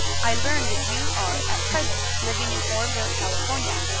i learn that you are at present living in oreville, california.